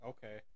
Okay